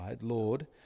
Lord